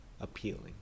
Appealing